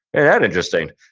and that interesting.